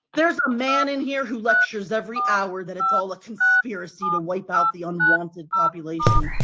there's a man in here who lectures every hour that it's all a conspiracy to wipe out the unwanted population.